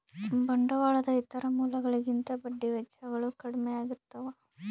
ಬಂಡವಾಳದ ಇತರ ಮೂಲಗಳಿಗಿಂತ ಬಡ್ಡಿ ವೆಚ್ಚಗಳು ಕಡ್ಮೆ ಆಗಿರ್ತವ